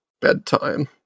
bedtime